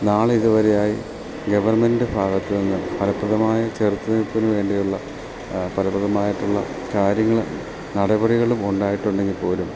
നാളിതുവരെയായി government ഭാഗത്ത് നിന്ന് ഫലപ്രദമായ ചെറുത്ത് നിൽപ്പിന് വേണ്ടി ഉള്ള ഫലപ്രദമായിട്ടുള്ള കാര്യങ്ങൾ നടപടികളും ഉണ്ടായിട്ട് ഉണ്ടെങ്കിൽ പോലും